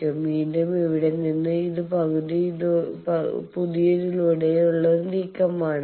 വീണ്ടും ഇവിടെ നിന്ന് പുതിയതിലൂടെയുള്ള ഒരു നീക്കമാണ് ഇത്